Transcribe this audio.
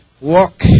Walk